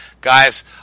guys